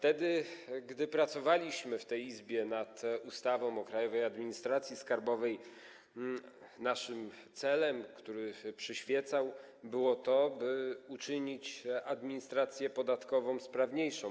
Kiedy pracowaliśmy w tej Izbie nad ustawą o Krajowej Administracji Skarbowej, celem, który nam przeświecał, było to, aby uczynić administrację podatkową sprawniejszą.